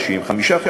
חמישה חודשים,